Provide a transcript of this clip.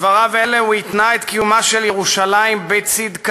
בדבריו אלה הוא התנה את קיומה של ירושלים בצדקתה.